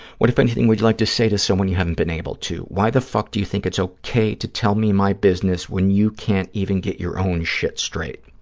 what, if anything, would you like to say to someone you haven't been able to? why the fuck do you think it's okay to tell me my business when you can't even get your own shit straight?